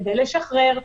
כדי לשחרר,